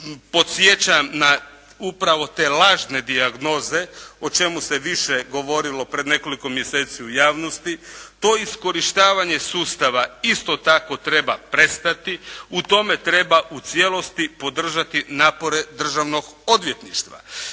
Podsjećam na upravo te lažne dijagnoze o čemu se više govorilo pred nekoliko mjeseci u javnosti. To iskorištavanje sustava isto tako treba prestati, u tome treba u cijelosti podržati napore Državnog odvjetništva.